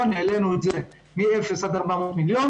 - העלינו את זה מאפס ל- 400 מיליון.